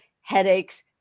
headaches